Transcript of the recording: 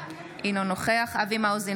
אינו נוכח אבי מעוז,